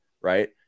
right